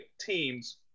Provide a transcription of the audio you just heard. teams